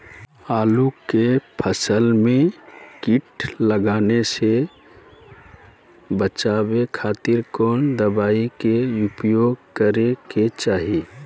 आलू के फसल में कीट लगने से बचावे खातिर कौन दवाई के उपयोग करे के चाही?